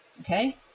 Okay